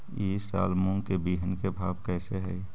ई साल मूंग के बिहन के भाव कैसे हई?